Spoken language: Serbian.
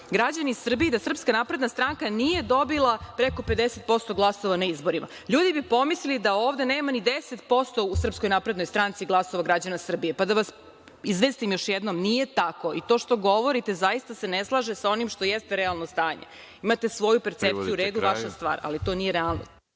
građani Srbije i da SNS nije dobila preko 50% glasova na izborima, ljudi bi pomislili da ovde nema ni 10% u SNS glasova građana Srbije. Pa, da vas izvestim još jednom, nije tako i to što govorite zaista se ne slaže sa onim što jeste realno stanje. Imate svoju percepciju, u redu, vaša stvar, ali to nije realnost.